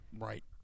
Right